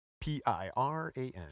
P-I-R-A-N